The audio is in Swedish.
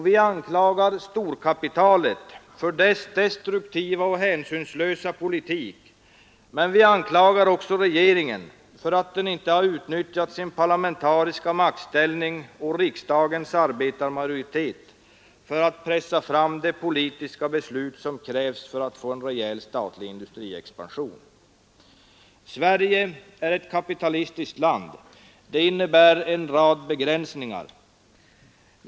Vi anklagar storkapitalet för dess destruktiva och hänsynslösa politik, men vi anklagar oc regeringen för att den inte har utnyttjat sin parlamentariska maktställning och riksdagens arbetarmajoritet för att pressa fram de politiska beslut som krävs för att få en rejäl statlig industriexpansion. Sverige är ett kapitalistiskt land, och det innebär en rad begränsningar.